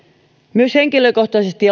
myös henkilökohtaisesti